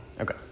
Okay